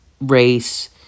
race